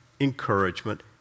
encouragement